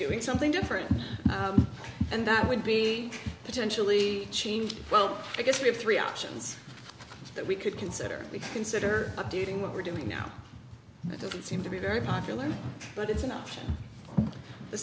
doing something different and that would be potentially change well i guess we have three options that we could consider we consider doing what we're doing now it doesn't seem to be very popular but it's an option the